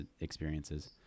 experiences